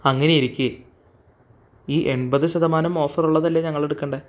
അങ്ങനെയിരിക്കേ ഈ എൺപത് ശതമാനം ഓഫറുള്ളതല്ലേ ഞങ്ങളെടുക്കണ്ടേ